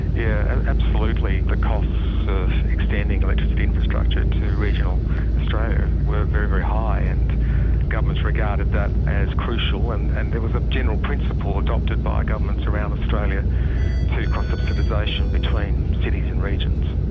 yeah ah absolutely the costs of extending electricity infrastructure to regional australia were very, very high, and governments regarded that as crucial and and there was a general principle adopted by governments around australia to cross-subsidisation between cities and regions,